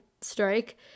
strike